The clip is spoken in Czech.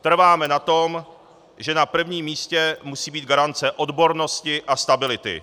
Trváme na tom, že na prvním místě musí být garance odbornosti a stability.